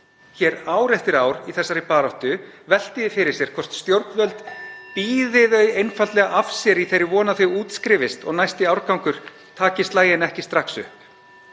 hér ár eftir ár í þessari baráttu, velti því fyrir sér hvort stjórnvöld (Forseti hringir.) bíði þau einfaldlega af sér í þeirri von að það útskrifist og næsti árgangur taki slaginn ekki strax upp?